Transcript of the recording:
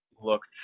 looked